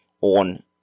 on